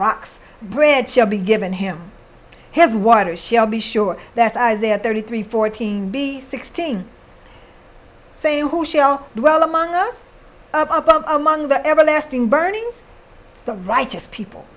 rocks bread shall be given him his water shall be sure that they are thirty three fourteen be sixteen same who shall dwell among us up among the everlasting burnings the righteous people